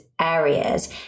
areas